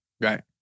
Right